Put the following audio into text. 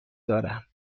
دارم